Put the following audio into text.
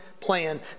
plan